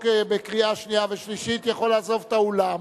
המובא לקריאה שנייה ושלישית יכול לעזוב את האולם.